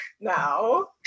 now